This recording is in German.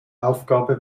aufgabe